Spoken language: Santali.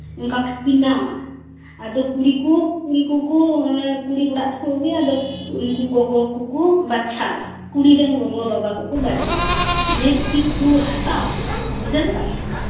ᱚᱱᱠᱟ ᱠᱚ ᱵᱮᱱᱟᱣᱟ ᱟᱫᱚ ᱠᱩᱲᱤ ᱠᱚ ᱠᱩᱲᱤ ᱠᱚᱠᱚ ᱚᱱᱮ ᱠᱩᱲᱤ ᱚᱲᱟᱜ ᱛᱮᱠᱚ ᱟᱜᱩᱭᱟ ᱟᱫᱚ ᱩᱱᱠᱩ ᱜᱚᱜᱚ ᱠᱚᱠᱚ ᱵᱟᱪᱷᱟᱣᱟ ᱠᱩᱲᱤ ᱨᱮᱱ ᱜᱚᱜᱚ ᱵᱟᱵᱟ ᱠᱚᱠᱚ ᱵᱟᱪᱷᱟᱣᱟ ᱡᱮ ᱪᱮᱫ ᱵᱚ ᱦᱟᱛᱟᱣᱟ ᱵᱩᱡᱷᱟᱹᱣ ᱫᱟᱲᱮᱭᱟᱫᱟᱢ